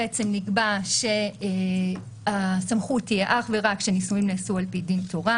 נקבע שהסמכות היא אך ורק כשנישואין נעשו על-פי דין תורה,